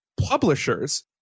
publishers